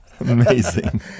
Amazing